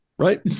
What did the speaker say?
Right